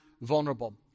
vulnerable